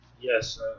Yes